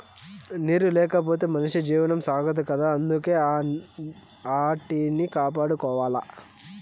నీరు లేకపోతె మనిషి జీవనం సాగదు కదా అందుకే ఆటిని కాపాడుకోవాల